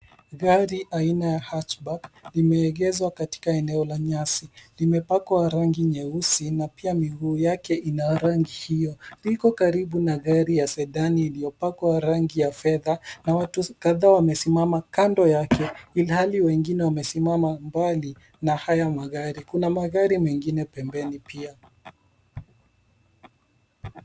Gari aina ya Outback limeegeshwa katika eneo ya nyasi, imepakwa rangi nyeusi na pia miguu yake ina rangi hio. Liko karibu na gari ya Sidan iliopakwa rangi ya fedha na watu kadhaa wamesimama kando yake ilhali wengine wamesimama mbali na haya magari. Kuna gari mengine pembeni pia.